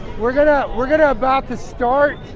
we're going to we're going to about to start.